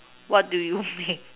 what do you make